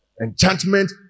Enchantment